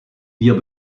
wir